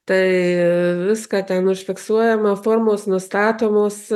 tai viską ten užfiksuojama formos nustatomos